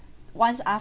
once I've